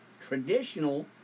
traditional